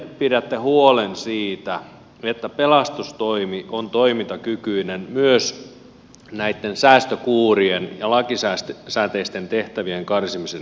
miten pidätte huolen siitä että pelastustoimi on toimintakykyinen myös näitten säästökuurien ja lakisääteisten tehtävien karsimisen jälkeen